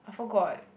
I forgot